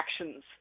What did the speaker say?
actions